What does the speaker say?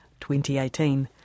2018